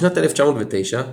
בשנת 1909